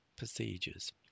Procedures